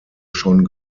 schon